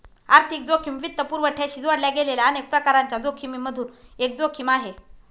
आर्थिक जोखिम वित्तपुरवठ्याशी जोडल्या गेलेल्या अनेक प्रकारांच्या जोखिमिमधून एक जोखिम आहे